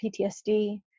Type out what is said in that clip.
PTSD